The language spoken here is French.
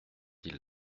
ils